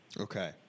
Okay